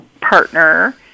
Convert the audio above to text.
partner